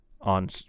on